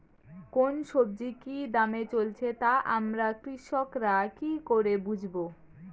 কোন সব্জির কি দাম চলছে তা আমরা কৃষক রা কি করে বুঝবো?